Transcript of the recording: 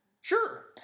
Sure